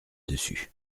dessus